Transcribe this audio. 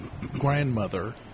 grandmother